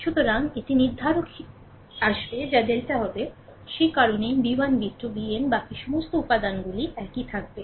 সুতরাং এটি নির্ধারক আসবে যা ডেল্টা হবে এই কারণেই b1 b2 bn বাকি সমস্ত উপাদানগুলি একই থাকবে